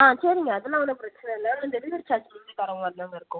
on சரிங்க அதுலாம் ஒன்றும் இல்லை டெலிவரி சார்ஜ் நீங்கள் தர மாதிரி தாங்க இருக்கும்